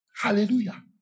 Hallelujah